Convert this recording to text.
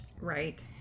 Right